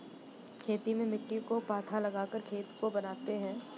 खेती में मिट्टी को पाथा लगाकर खेत को बनाते हैं?